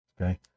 okay